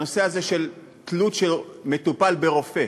הנושא הזה של תלות של מטופל ברופא.